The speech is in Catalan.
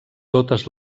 totes